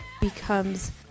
becomes